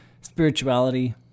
spirituality